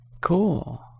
cool